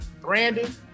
brandon